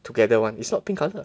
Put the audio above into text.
together one is not pink colour